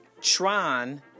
Tron